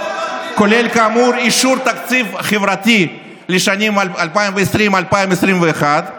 כולל כאמור אישור תקציב חברתי לשנים 2020 ו-2021,